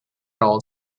old